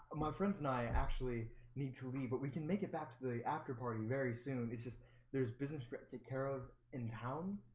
my friends, and i actually need to leave, but we can make it back to the after party very soon it's just there's business brett's at carol in town,